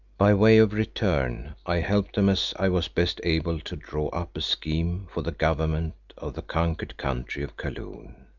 by way of return, i helped them as i was best able to draw up a scheme for the government of the conquered country of kaloon,